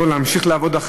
לא להמשיך לעבוד.